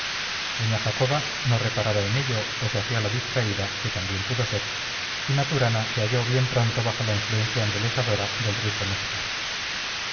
doña jacoba no reparaba en ello o se hacía la distraída que también pudo ser y maturana se halló bien pronto bajo la influencia embelesadora del rico néctar